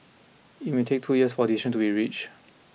it may take two years for a decision to be reach